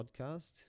podcast